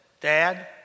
Dad